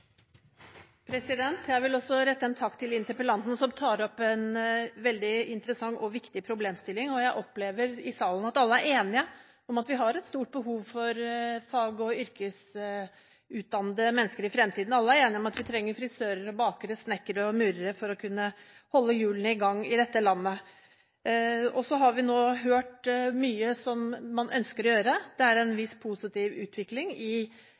Jeg vil også rette en takk til interpellanten, som tar opp en veldig interessant og viktig problemstilling. Jeg opplever at vi alle i salen er enige om at vi har et stort behov for fag- og yrkesutdannede mennesker i fremtiden, og alle er enige om at vi trenger frisører, bakere, snekkere og murere for å kunne holde hjulene i gang i dette landet. Så har vi nå hørt mye som man ønsker å gjøre. Det har vært en viss positiv utvikling i